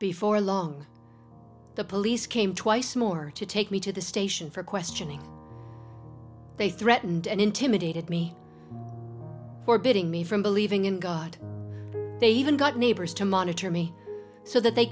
before long the police came twice more to take me to the station for questioning they threatened and intimidated me for getting me from believing in god they even got neighbors to monitor me so that they